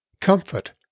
Comfort